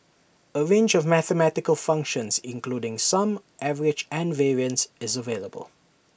A range of mathematical functions including sum average and variance is available